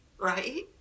Right